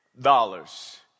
dollars